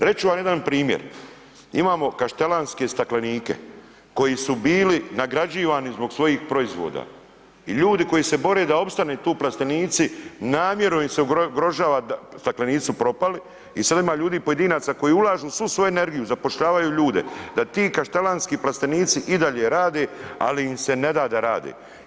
Reći ću vam jedan primjer, imamo Kaštelanske staklenike koji su bili nagrađivani zbog svojih proizvoda i ljudi koji se bore da opstanu tu plastenici namjerno im se ugrožava, staklenici su propali i sada ima ljudi pojedinaca koji ulažu svu svoju energiju, zapošljavaju ljude da ti Kaštelanski plastenici i dalje rade, ali im se ne da da rade.